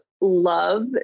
love